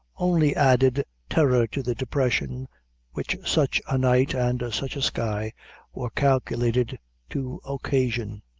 only added terror to the depression which such a night and such a sky were calculated to occasion.